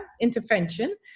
intervention